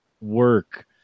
work